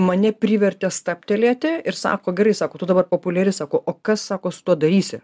mane privertė stabtelėti ir sako gerai sako tu dabar populiari sako o kas sako su tuo darysi